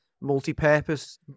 multi-purpose